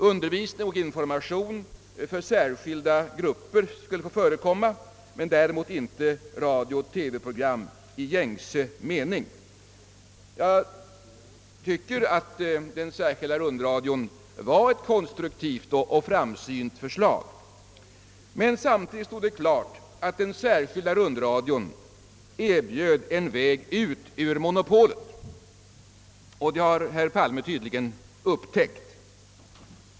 Undervisning och information för särskilda grupper skul le få förekomma men däremot inte radiooch TV-program i gängse mening. Jag tycker att förslaget om särskild rundradio var konstruktivt och framsynt. Men samtidigt stod det klart att den särskilda rundradion erbjöd en väg ut ur monopolet. Och det har herr Palme tydligen upptäckt.